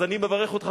אז אני מברך אותך,